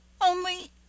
Only—